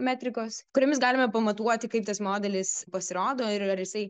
metrikos kuriomis galima pamatuoti kaip tas modelis pasirodo ir ar jisai